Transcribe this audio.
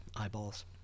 eyeballs